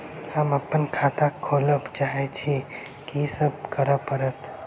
हम अप्पन खाता खोलब चाहै छी की सब करऽ पड़त?